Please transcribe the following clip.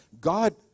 God